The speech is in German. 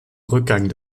rückgang